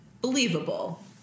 believable